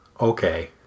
Okay